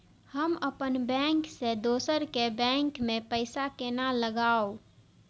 हम अपन बैंक से दोसर के बैंक में पैसा केना लगाव?